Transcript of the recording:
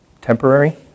temporary